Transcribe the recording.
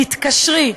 התקשרי,